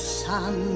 sun